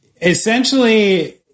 essentially